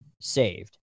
saved